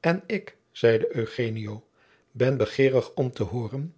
en ik zeide eugenio ben begeerig om te hooren